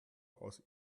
aus